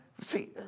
see